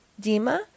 Dima